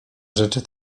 rzeczy